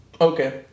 Okay